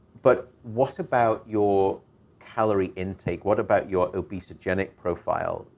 but what about your calorie intake? what about your obesogenic profile,